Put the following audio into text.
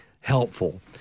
helpful